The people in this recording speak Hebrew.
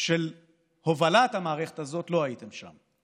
של הובלת המערכת הזאת לא הייתם שם.